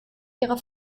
ihre